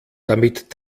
damit